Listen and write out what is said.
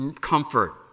comfort